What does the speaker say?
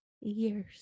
years